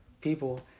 people